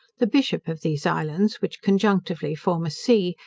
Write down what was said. the bishop of these islands, which conjunctively form a see,